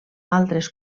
altres